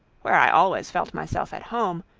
where i always felt myself at home,